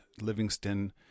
Livingston